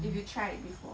if you tried before